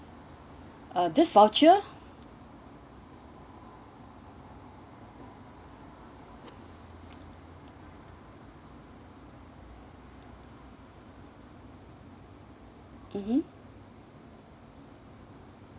uh this voucher mmhmm